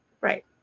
Right